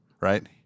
right